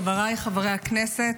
חבריי חברי הכנסת,